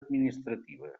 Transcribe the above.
administrativa